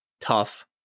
Tough